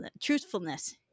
truthfulness